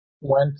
went